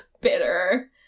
bitter